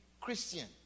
christian